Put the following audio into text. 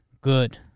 good